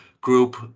group